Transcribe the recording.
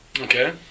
Okay